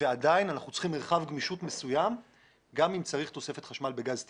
ועדיין אנחנו צריכים מרחב גמישות מסוים גם אם צריך תוספת חשמל בגז טבעי.